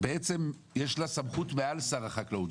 יש לה סמכות מעל לשר החקלאות.